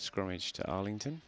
scrummage to arlington